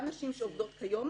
גם נשים שעובדות כיום,